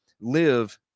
live